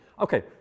Okay